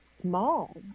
small